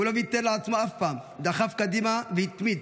הוא לא ויתר לעצמו אף פעם, דחף קדימה והתמיד,